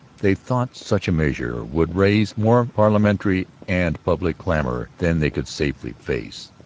they thought such a measure would raise more parliamentary and public clamour than they could safely face.